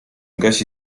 gasi